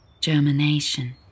germination